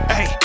Hey